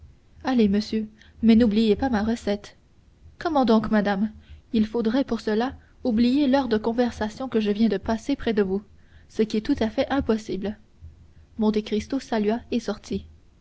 allez monsieur mais n'oubliez pas ma recette comment donc madame il faudrait pour cela oublier l'heure de conversation que je viens de passer près de vous ce qui est tout à fait impossible monte cristo salua et sortit